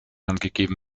angegeben